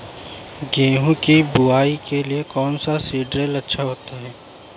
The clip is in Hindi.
गेहूँ की बुवाई के लिए कौन सा सीद्रिल अच्छा होता है?